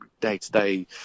day-to-day